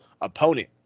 opponent